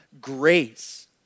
grace